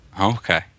Okay